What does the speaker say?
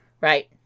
Right